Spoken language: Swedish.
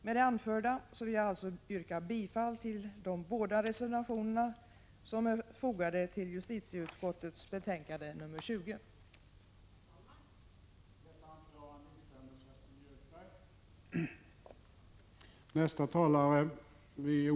Med det anförda yrkar jag bifall till de båda reservationerna, som är fogade till justitieutskottets betänkande 1985/86:20.